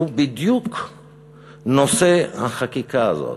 שהוא בדיוק נושא החקיקה הזאת.